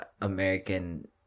American